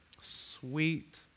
sweet